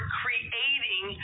creating